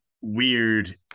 weird